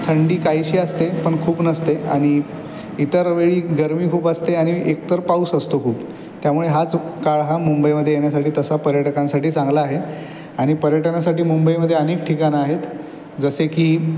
थंडी काहीशी असते पण खूप नसते आणि इतर वेळी गरमी खूप असते आणि एकतर पाऊस असतो खूप त्यामुळे हा जो काळ हा मुंबईमध्ये येण्यासाठी तसा पर्यटकांसाठी चांगला आहे आणि पर्यटनासाठी मुंबईमध्ये अनेक ठिकाणं आहेत जसे की